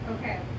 Okay